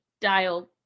dial